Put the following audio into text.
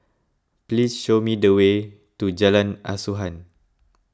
please show me the way to Jalan Asuhan